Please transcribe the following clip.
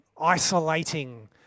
isolating